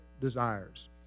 desires